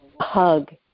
hug